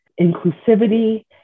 inclusivity